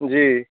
जी